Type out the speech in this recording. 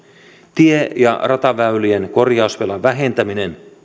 tie ja rataväylien korjausvelan vähentäminen